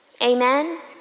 Amen